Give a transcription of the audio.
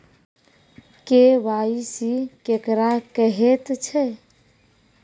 KYC केकरा कहैत छै?